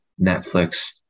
Netflix